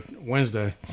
Wednesday